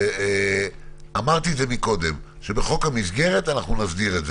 אמרתי שבחוק המסגרת נסדיר את זה.